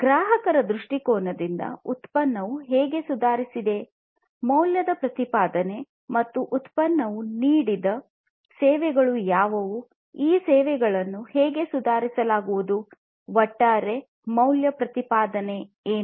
ಗ್ರಾಹಕರ ದೃಷ್ಟಿಕೋನದಿಂದ ಉತ್ಪನ್ನವು ಹೇಗೆ ಸುಧಾರಿಸಿದೆ ಮೌಲ್ಯದ ಪ್ರತಿಪಾದನೆ ಮತ್ತು ಉತ್ಪನ್ನವು ನೀಡುವ ಸೇವೆಗಳು ಯಾವುವು ಈ ಸೇವೆಗಳನ್ನು ಹೇಗೆ ಸುಧಾರಿಸಲಾಗುವುದು ಒಟ್ಟಾರೆ ಮೌಲ್ಯ ಪ್ರತಿಪಾದನೆ ಏನು